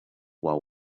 while